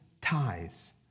ties